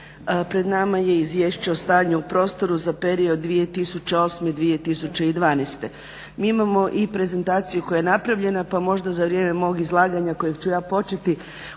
Pred nama je Izvješće o stanju u prostoru za period 2008. - 2012. Mi imamo i prezentaciju koja je napravljena, pa možda za vrijeme mog izlaganja kojeg ću ja početi uspije